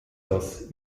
das